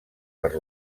per